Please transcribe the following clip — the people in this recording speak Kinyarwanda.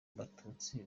batutsi